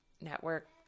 network